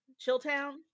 Chilltown